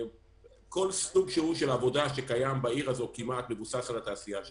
כמעט כל סוג עבודה שקיים בעיר הזאת מבוסס על התעשייה שלנו.